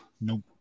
Nope